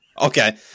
Okay